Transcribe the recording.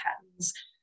patterns